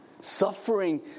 suffering